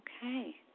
Okay